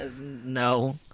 No